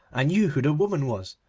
i knew who the woman was,